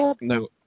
No